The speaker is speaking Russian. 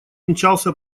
мчался